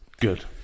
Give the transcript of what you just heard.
Good